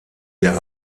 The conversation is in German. der